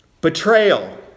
Betrayal